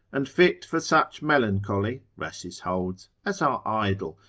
and fit for such melancholy, rhasis holds, as are idle,